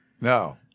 No